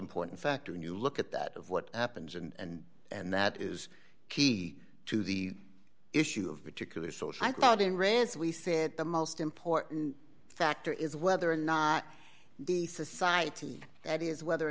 important factor when you look at that of what happens and and that is key to the issue of particular source i thought in france we said the most important factor is whether or not the society that is whether or